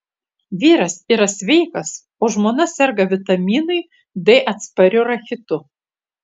vyras yra sveikas o žmona serga vitaminui d atspariu rachitu